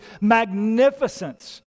magnificence